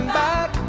back